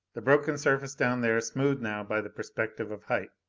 the broken surface down there smoothed now by the perspective of height.